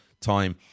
time